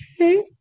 Okay